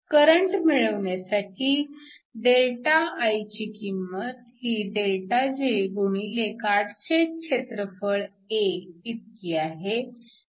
current मिळविण्यासाठी ΔI ची किंमत ही ΔJ गुणिले काटछेद क्षेत्रफळ A इतकी आहे